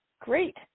Great